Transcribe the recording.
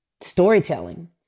storytelling